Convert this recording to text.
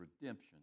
redemption